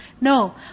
No